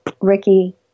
Ricky